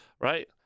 Right